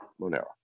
Monero